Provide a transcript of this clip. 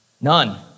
none